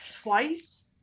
twice